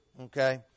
okay